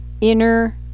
inner